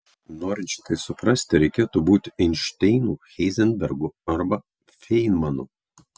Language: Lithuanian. norint šitai suprasti reikėtų būti einšteinu heizenbergu arba feinmanu